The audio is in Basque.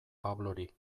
pablori